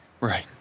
Right